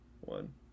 one